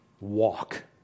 walk